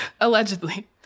Allegedly